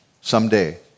someday